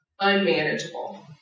unmanageable